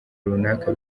runaka